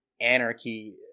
anarchy